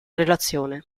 relazione